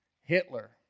Hitler